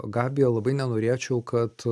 gabija labai nenorėčiau kad